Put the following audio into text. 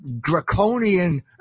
draconian